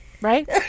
Right